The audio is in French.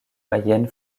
mayenne